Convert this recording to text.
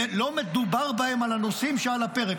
לא מדובר בהם על הנושאים שעל הפרק,